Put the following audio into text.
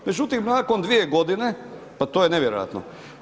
Međutim, nakon dvije godine pa to je nevjerojatno.